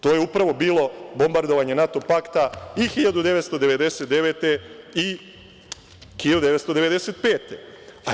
To je upravo bilo bombardovanje NATO pakta i 1999. i 1995. godine.